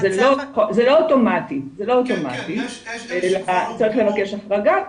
זה לא אוטומטי, אלא צריך לבקש החרגה.